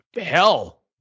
hell